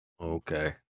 Okay